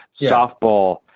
softball